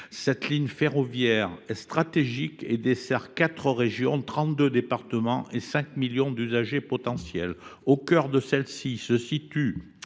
cette ligne ferroviaire, stratégique, dessert 4 régions, 32 départements et 5 millions d’usagers potentiels. Au cœur de la ligne se situe,